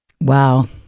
Wow